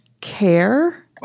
care